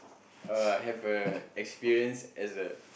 uh have a experience as a